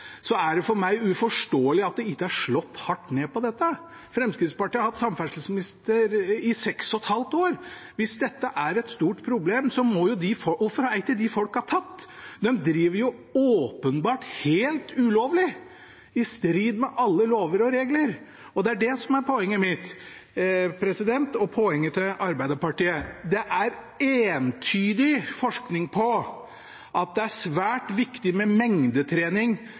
det ikke er slått hardt ned på. Fremskrittspartiet har hatt samferdselsministeren i seks og et halvt år – hvis dette er et stort problem, hvorfor er ikke de folkene tatt? De driver åpenbart helt ulovlig og i strid med alle lover og regler. Det er det som er mitt og Arbeiderpartiets poeng. Det er entydig forskning på at det er svært viktig med mengdetrening